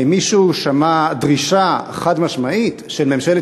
האם מישהו שמע דרישה חד-משמעית של ממשלת